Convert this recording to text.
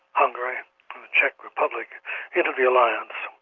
hungary, the czech republic into the alliance,